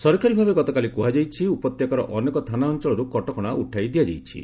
ସରକାରୀ ଭାବେ ଗତକାଲି କୁହାଯାଇଛି ଉପତ୍ୟକାର ଅନେକ ଥାନା ଅଞ୍ଚଳରୁ କଟକଶା ଉଠାଇ ଦିଆଯାଇଚି